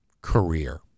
career